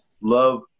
love